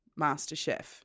MasterChef